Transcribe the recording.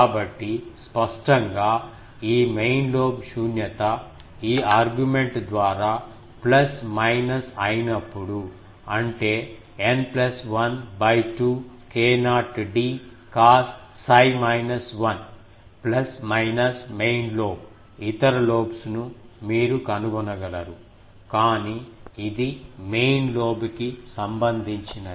కాబట్టి స్పష్టంగా ఈ మెయిన్ లోబ్ శూన్యత ఈ ఆర్గుమెంట్ ద్వారా ప్లస్ మైనస్ అయినప్పుడు అంటే n 1 2 k0 d cos 𝜓 1 plus minus main lobe ఇతర లోబ్స్ ను మీరు కనుగొనగలరు కానీ ఇది మెయిన్ లోబ్ కి సంబందించినది